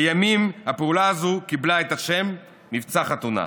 לימים, הפעולה הזו קיבלה את השם "מבצע חתונה".